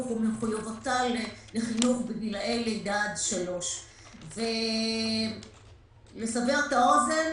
וממחויבותה לחינוך בגילאי לידה עד 3. לסבר את האוזן